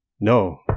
No